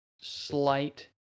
slight